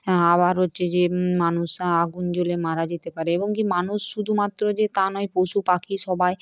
আবার হচ্ছে যে মানুষ আগুন জ্বলে মারা যেতে পারে এবং কি মানুষ শুধুমাত্র যে তা নয় পশুপাখি সবাই